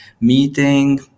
meeting